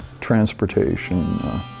transportation